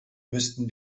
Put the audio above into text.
müssten